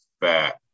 fat